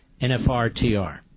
NFRTR